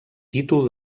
títol